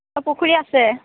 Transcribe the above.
অঁ পুখুৰী আছে